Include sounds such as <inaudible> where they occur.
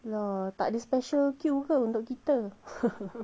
tak ada special queue ke untuk kita <laughs>